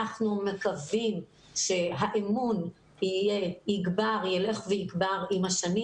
אנחנו מקווים שהאמון ילך ויגבר עם השנים